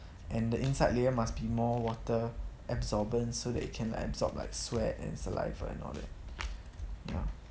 and the inside layer must be more water absorbent so that it can like absorb like sweat and saliva and all that ya